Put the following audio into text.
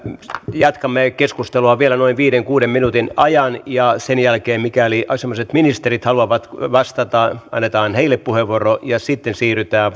jatkamme keskustelua vielä noin viiden viiva kuuden minuutin ajan ja sen jälkeen mikäli asianomaiset ministerit haluavat vastata annetaan heille puheenvuoro ja sitten siirrytään